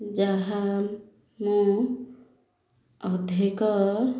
ଯାହା ମୁଁ ଅଧିକ